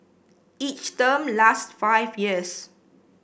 each term lasts five years